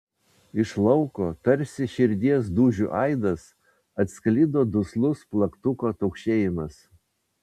iš lauko tarsi širdies dūžių aidas atsklido duslus plaktuko taukšėjimas